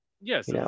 Yes